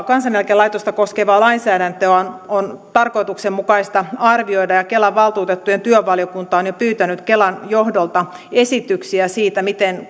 kansaneläkelaitosta koskevaa lainsäädäntöä on on tarkoituksenmukaista arvioida kelan valtuutettujen työvaliokunta on jo pyytänyt kelan johdolta esityksiä siitä miten